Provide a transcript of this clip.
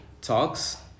talks